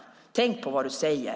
Tänk på vad du säger!